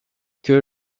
que